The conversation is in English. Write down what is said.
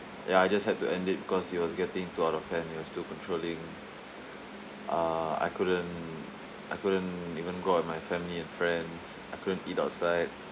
ya I just had to end it because it was getting too out of hand it was too controlling uh I couldn't I couldn't even go out with my family and friends I couldn't eat outside